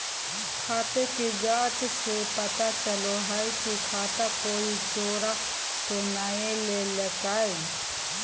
खाते की जाँच से पता चलो हइ की खाता कोई चोरा तो नय लेलकय